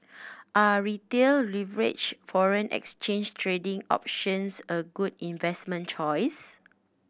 are Retail leveraged foreign exchange trading options a good investment choice